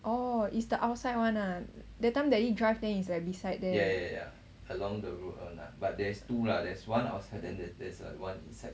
or is the outside one lah that time daddy drive then is like beside there